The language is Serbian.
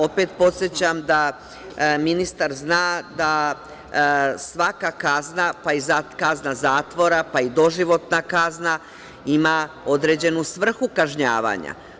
Opet podsećam da ministar zna da svaka kazna, pa i kazna zatvora, pa i doživotna kazna, ima određenu svrhu kažnjavanja.